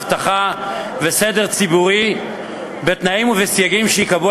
אבטחה וסדר ציבורי בתנאים ובסייגים שייקבעו